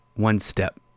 one-step